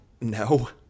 No